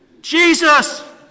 Jesus